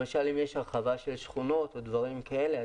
למשל אם יש הרחבה של שכונות או דברים כאלה,